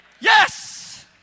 Yes